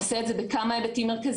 הוא עושה את זה בכמה היבטים מרכזיים,